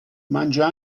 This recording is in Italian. mangia